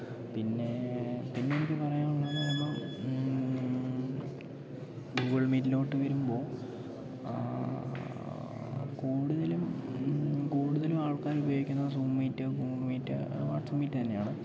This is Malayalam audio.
പിന്നെ പിന്നെ എനിക്ക് പറയാനുള്ളതെന്ന് പറയുമ്പം ഗൂഗിൾ മീറ്റിലോട്ട് വരുമ്പോൾ കൂടുതലും കൂടുതലും ആൾക്കാരും ഉപയോഗിക്കുന്നത് Zoom meet Google Meet WhatsApp meet തന്നെയാണ്